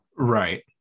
Right